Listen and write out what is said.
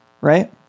right